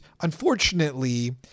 unfortunately